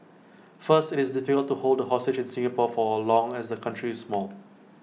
first IT is difficult to hold A hostage in Singapore for long as the country is small